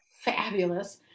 fabulous